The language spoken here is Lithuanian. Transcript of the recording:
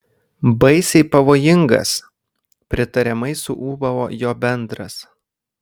baisiai pavojingas pritariamai suūbavo jo bendras